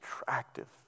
attractive